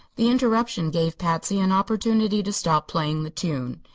the interruption gave patsy an opportunity to stop playing the tune.